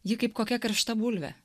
ji kaip kokia karšta bulvė